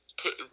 put